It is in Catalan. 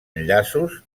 enllaços